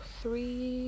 three